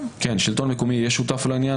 ושירותי דת יהודיים): השלטון המקומי שותף לעניין?